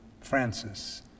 Francis